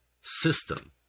system